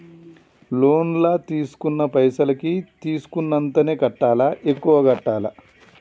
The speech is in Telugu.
లోన్ లా తీస్కున్న పైసల్ కి తీస్కున్నంతనే కట్టాలా? ఎక్కువ కట్టాలా?